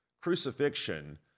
crucifixion